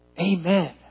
Amen